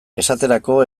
esaterako